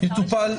יטופל.